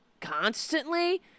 constantly